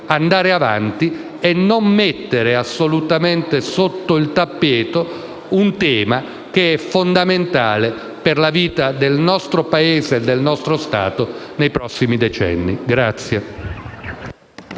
andare avanti e non mettere assolutamente sotto il tappeto un tema che è fondamentale per la vita del nostro Paese e del nostro Stato per i prossimi decenni.